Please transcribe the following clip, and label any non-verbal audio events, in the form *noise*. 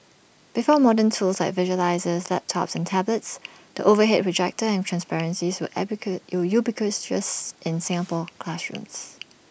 before modern tools like visualisers laptops and tablets the overhead projector and transparencies were *unintelligible* ubiquitous dress in Singapore classrooms